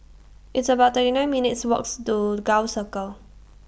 It's about thirty nine minutes' Walks to Gul Circle